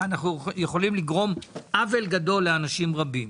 ואנחנו יכולים לגרום עוול גדול לאנשים רבים.